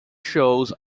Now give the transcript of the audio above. shows